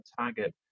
target